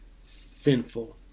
sinful